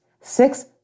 six